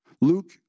Luke